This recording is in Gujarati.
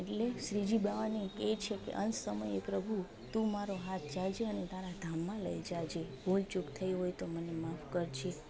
એટલે શ્રીજી બાવાની એ છે કે અંત સમયે પ્રભુ તું મારો હાથ ઝાલજે અને તારા ધામમાં લઈ જાજે ભૂલ ચૂક થઈ હોય તો મને માફ કરજે